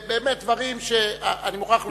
אני מוכרח לומר,